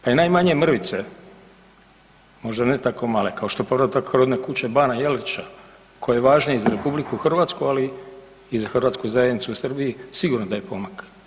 Pa i najmanje mrvice, možda ne tako male kao što je povratak rodne kuće bana Jelačića koja je važna i za RH, ali i za Hrvatsku zajednicu u Srbiji sigurno da je pomak.